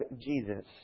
Jesus